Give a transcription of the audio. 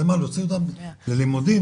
להוציא אותם ללימודים.